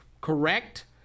correct